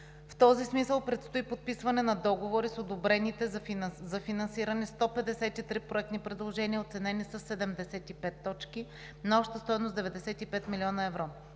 В този смисъл предстои подписване на договори с одобрените за финансиране 153 проектни предложения, оценени със 75 точки, на обща стойност 95 млн. евро.